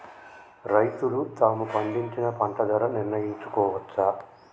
రైతులు తాము పండించిన పంట ధర నిర్ణయించుకోవచ్చా?